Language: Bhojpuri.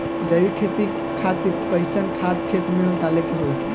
जैविक खेती खातिर कैसन खाद खेत मे डाले के होई?